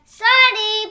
sorry